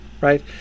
right